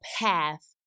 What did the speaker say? path